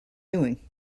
doing